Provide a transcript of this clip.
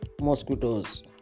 mosquitoes